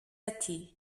ati